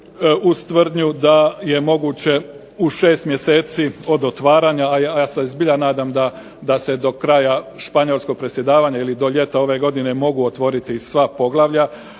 uz tvrdnju da je moguće u 6 mjeseci od otvaranja, a ja se zbilja nadam da se do kraja španjolskog predsjedavanja ili do ljeta ove godine mogu otvoriti sva poglavlja.